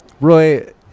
Roy